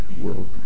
World